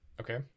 Okay